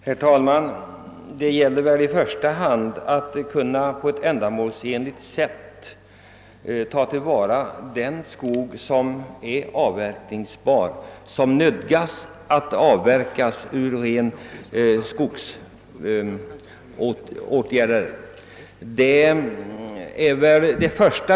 Herr talman! I första hand gäller det väl att på ett ändamålsenligt sätt kunna tillvarata den skog som är avverkningsbar och som måste avverkas ur rent skogsekonomisk synpunkt.